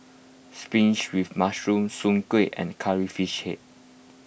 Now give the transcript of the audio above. spinach with mushroom Soon Kuih and Curry Fish Head